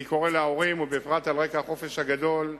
אני קורא להורים, בפרט על רקע החופש הגדול,